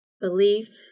belief